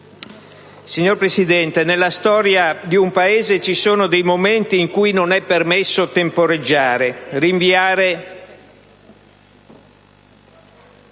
Signor Presidente, nella storia di un Paese ci sono dei momenti in cui non è permesso temporeggiare o rinviare